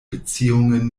beziehungen